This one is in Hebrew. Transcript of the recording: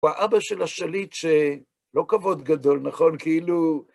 הןא האבא של השליט ש... לא כבוד גדול, נכון? כאילו...